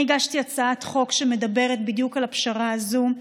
אני הגשתי הצעת חוק שמדברת בדיוק על הפשרה הזאת.